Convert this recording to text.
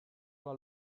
alla